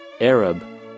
Arab